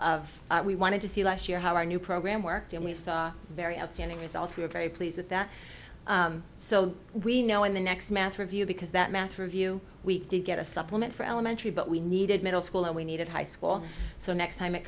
of we wanted to see last year how our new program worked and we saw very outstanding results we were very pleased with that so we know in the next math review because that math review we did get a supplement for elementary but we needed middle school and we needed high school so next time it